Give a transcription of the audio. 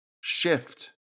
shift